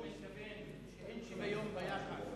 חבר הכנסת צרצור מתכוון שאין שוויון ביחס.